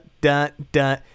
da-da